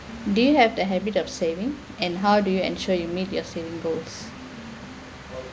do you have the habit of saving and how do you ensure you meet your saving goals